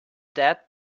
dead